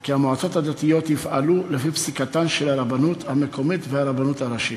כי המועצות הדתיות יפעלו לפי פסיקתן של הרבנות המקומית והרבנות הראשית.